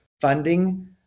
funding